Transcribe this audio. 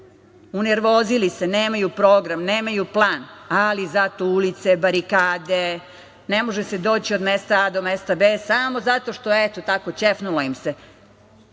unervozili se, nemaju program, nemaju plan, ali zato ulice, barikade, ne može se doći od mesta do mesta samo zato što, eto, tako, ćefnulo im se.